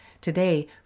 Today